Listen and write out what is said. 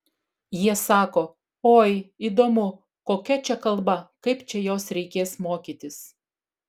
jie sako oi įdomu kokia čia kalba kaip čia jos reikės mokytis